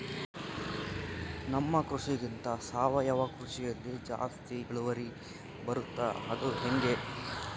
ನಮ್ಮ ಕೃಷಿಗಿಂತ ಸಾವಯವ ಕೃಷಿಯಲ್ಲಿ ಜಾಸ್ತಿ ಇಳುವರಿ ಬರುತ್ತಾ ಅದು ಹೆಂಗೆ?